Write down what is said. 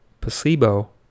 Placebo